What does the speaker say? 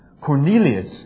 Cornelius